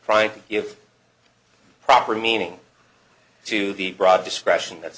trying to give proper meaning to the broad discretion that's